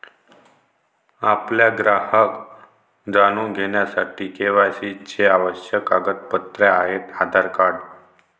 आपला ग्राहक जाणून घेण्यासाठी के.वाय.सी चे आवश्यक कागदपत्रे आहेत आधार कार्ड